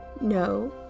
no